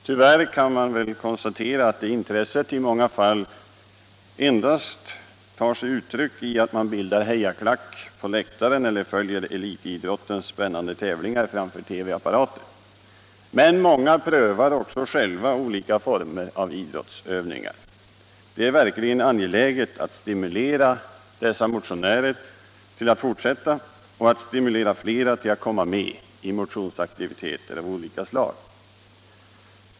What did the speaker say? Tyvärr kan man väl konstatera att det intresset i många fall endast tar sig uttryck i att man bildar hejarklack på läktare eller följer elitidrottens spännande tävlingar framför TV-apparaten. Men många prövar också själva olika former av idrottsutövning. Det är verkligen angeläget att stimulera dessa motionärer till att fortsätta och att stimulera andra till att komma med i motionsaktiviteter av olika slag.